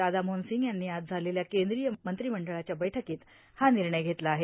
राधामोहन सिंग यांनी आज झालेल्या केंद्रीय मंत्रिमंडळाच्या बैठकीत हा निर्णय घेतला आहे